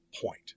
point